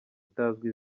itazwi